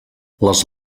les